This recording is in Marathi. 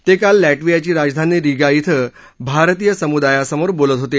ते काल लॅटवियाची राजधानी रिगा के भारतीय समुदायासमोर बोलत होते